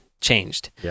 changed